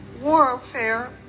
warfare